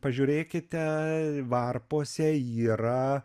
pažiūrėkite varpose yra